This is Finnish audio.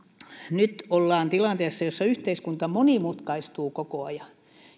nyt ollaan tilanteessa jossa yhteiskunta monimutkaistuu koko ajan